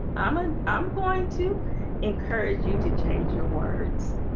i'm and i'm going to encourage you to change your words